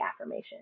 affirmation